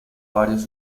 varios